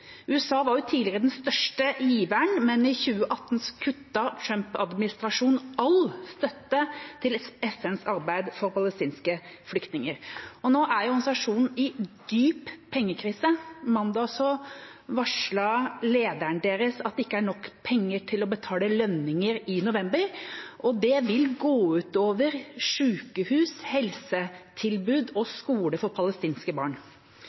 USA var jo tidligere den største giveren, men i 2018 kuttet Trump-administrasjonen all støtte til FNs arbeid for palestinske flyktninger, og nå er organisasjonen i dyp pengekrise. Mandag varslet lederen deres at det ikke er nok penger til å betale lønninger i november, og det vil gå ut over sykehus, helsetilbud og skole for palestinske barn.